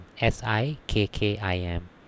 S-I-K-K-I-M